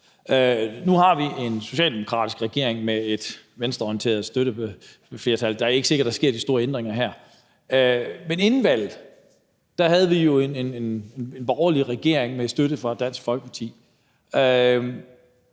Nu har vi en socialdemokratisk regering med et venstreorienteret parlamentarisk grundlag, så det er ikke sikkert, at der sker de store ændringer her, men inden valget havde vi jo en borgerlig regering med støtte fra Dansk Folkeparti.